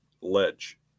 ledge